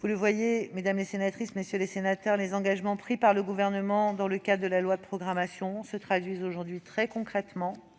Vous le voyez, mesdames, messieurs les sénateurs, les engagements pris par le Gouvernement dans le cadre de la loi de programmation se traduisent très concrètement.